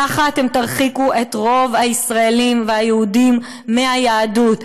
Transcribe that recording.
ככה אתם תרחיקו את רוב הישראלים והיהודים מהיהדות.